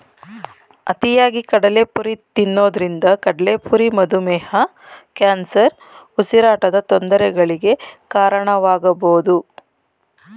ಅತಿಯಾಗಿ ಕಡಲೆಪುರಿ ತಿನ್ನೋದ್ರಿಂದ ಕಡ್ಲೆಪುರಿ ಮಧುಮೇಹ, ಕ್ಯಾನ್ಸರ್, ಉಸಿರಾಟದ ತೊಂದರೆಗಳಿಗೆ ಕಾರಣವಾಗಬೋದು